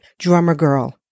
DRUMMERGIRL